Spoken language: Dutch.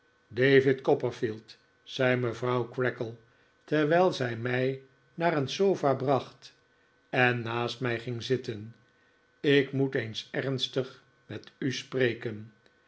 david copperfield zei mevrouw creakle terwijl zij mij naar een sofa bracht en naast mij ging zitten ik moet eens ernstig met u spreken